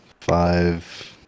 Five